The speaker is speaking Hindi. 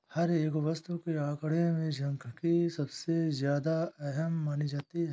हर एक वस्तु के आंकडों में सांख्यिकी सबसे ज्यादा अहम मानी जाती है